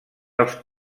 els